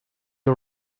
you